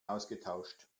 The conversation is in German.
ausgetauscht